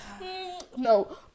no